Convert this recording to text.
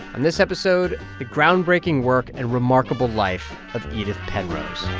and this episode, the groundbreaking work and remarkable life of edith penrose